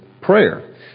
prayer